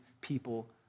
people